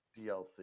DLC